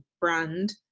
brand